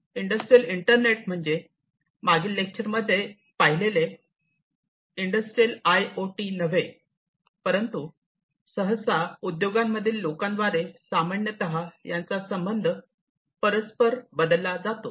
industrial internet म्हणजे मागील lecture मध्ये पाहिलेले इंडस्ट्रियल आय ओ टी नव्हे परंतु सहसा उद्योगांमधील लोकांद्वारे सामान्यतः यांचा संबंध परस्पर बदलला जातो